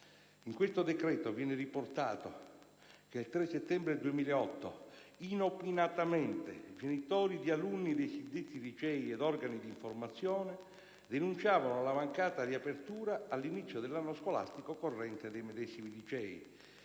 In questo decreto viene riportato che il 3 settembre 2008 «inopinatamente genitori di alunni dei suddetti licei ed organi di informazione denunciavano la mancata riapertura all'inizio dell'anno scolastico corrente dei medesimi licei»